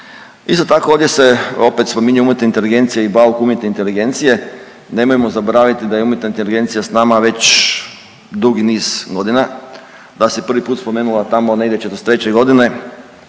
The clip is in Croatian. Isto tako, ovdje se opet spominje umjetna inteligencija i bauk umjetne inteligencije. Nemojmo zaboraviti da je umjetna inteligencija s nama već dugi niz godina, da se prvi put spomenula tamo negdje '43. g., da